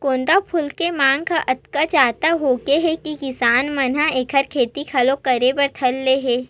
गोंदा फूल के मांग ह अतका जादा होगे हे कि किसान मन ह एखर खेती घलो करे बर धर ले हे